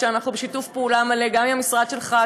ואנחנו בשיתוף פעולה מלא גם עם המשרד שלך,